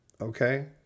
Okay